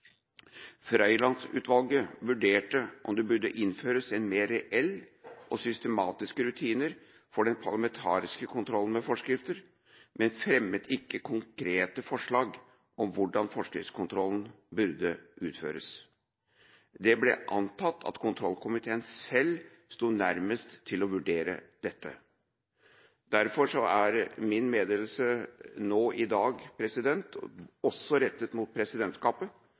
Frøiland-utvalget vurderte om det burde innføres mer reelle og systematiske rutiner for den parlamentariske kontrollen med forskrifter, men fremmet ikke konkrete forslag om hvordan forskriftskontrollen burde utføres. Det ble antatt at kontrollkomiteen selv sto nærmest til å vurdere dette. Derfor er min meddelelse i dag også rettet mot presidentskapet.